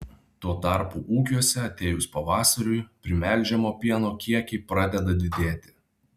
tuo tarpu ūkiuose atėjus pavasariui primelžiamo pieno kiekiai pradeda didėti